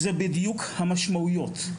אלה בדיוק המשמעויות.